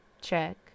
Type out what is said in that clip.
check